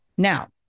Now